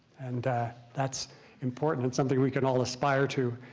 and that's important and something we can all aspire to.